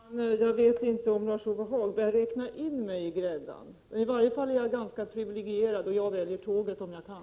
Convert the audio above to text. Herr talman! Jag vet inte om Lars-Ove Hagberg räknar mig till gräddan — i varje fall är jag ju ganska privilegierad — men jag väljer tåget om jag kan.